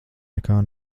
nekā